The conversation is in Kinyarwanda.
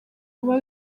vuba